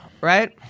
right